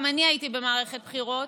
גם אני הייתי במערכת בחירות,